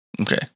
Okay